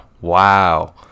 Wow